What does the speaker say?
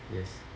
yes